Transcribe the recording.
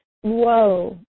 whoa